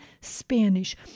Spanish